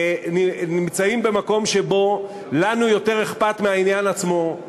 נמצאים במקום שלנו יותר אכפת מהעניין עצמו,